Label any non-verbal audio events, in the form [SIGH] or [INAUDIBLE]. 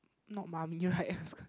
not mummy right [NOISE]